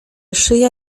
szyja